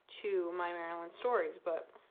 to my marilyn stories but